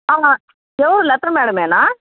అవునా ఎవరు లత మేడమేనా